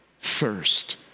thirst